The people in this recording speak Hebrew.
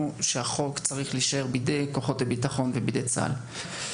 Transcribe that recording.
שהחוק צריך להישאר בידי כוחות הביטחון ובידי צה"ל.